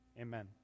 Amen